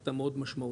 הייתה מאוד משמעותית,